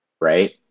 right